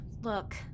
Look